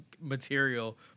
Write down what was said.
material